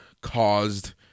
caused